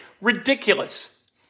Ridiculous